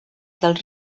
dels